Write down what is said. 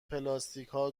پلاستیکها